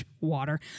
water